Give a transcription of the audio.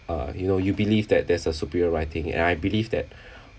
uh you know you believe that there's a superior writing and I believe that